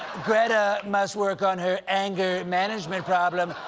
greta must work on her anger management problem,